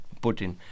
Putin